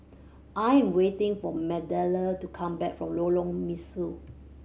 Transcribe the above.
I am waiting for Magdalen to come back from Lorong Mesu